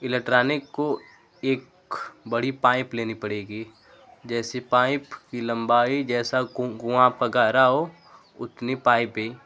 electronic को एक बड़ी पाइप लेनी पड़ेगी जैसे पाइप की लंबाई जैसा कुआँ आपका गहरा हो उतनी पाइप भी